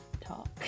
talk